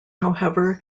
however